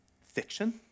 fiction